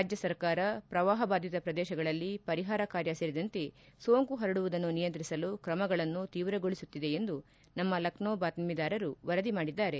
ರಾಜ್ಣ ಸರ್ಕಾರ ಪ್ರವಾಹ ಬಾಧಿತ ಪ್ರದೇಶಗಳಲ್ಲಿ ಪರಿಹಾರ ಕಾರ್ಯ ಸೇರಿದಂತೆ ಸೋಂಕು ಹರಡುವುದನ್ನು ನಿಯಂತ್ರಿಸಲು ಕ್ರಮಗಳನ್ನು ತೀವ್ರಗೊಳಿಸುತ್ತಿದೆ ಎಂದು ನಮ್ಮ ಲಕ್ಷೋ ಬಾತ್ತೀದಾರರು ವರದಿ ಮಾಡಿದ್ದಾರೆ